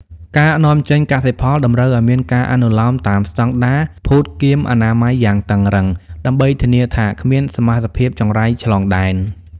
ការនាំចេញកសិផលតម្រូវឱ្យមានការអនុលោមតាមស្ដង់ដារភូតគាមអនាម័យយ៉ាងតឹងរ៉ឹង ដើម្បីធានាថាគ្មានសមាសភាពចង្រៃឆ្លងដែន។